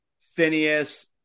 Phineas